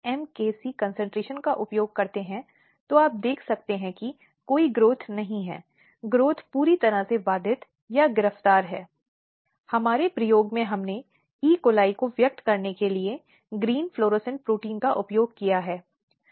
कि पीड़िता को अपराधी के साथ मिली भगत में बहुत अजीब तरह से अपराधी ठहराया जाता है जब भी इसमें महिलाएं मिलती हैं और महिलाएं को इसका शिकार बनाया जाता है